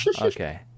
Okay